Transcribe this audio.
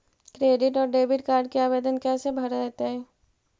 Credit और debit card के आवेदन कैसे भरैतैय?